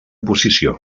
posició